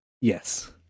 Yes